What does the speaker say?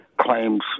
claims